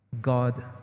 God